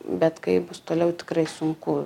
bet kaip bus toliau tikrai sunku